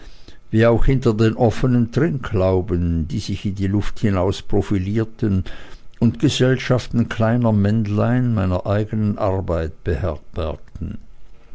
wie auch hinter den offenen trinklauben die sich in die luft hinaus profilierten und gesellschaften kleiner männlein meiner eigenen arbeit beherbergten